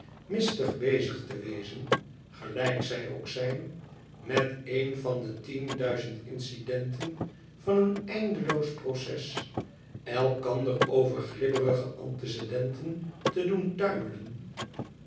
mistig bezig te wezen gelijk zij ook zijn met een van de tien duizend incidenten van een eindeloos proces elkander over glibberige antecedenten te doen tuimelen